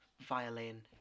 violin